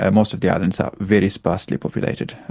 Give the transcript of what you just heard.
and most of the islands are very sparsely populated.